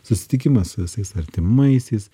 susitikimas su visais artimaisiais